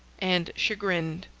and chagrined.